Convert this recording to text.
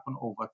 over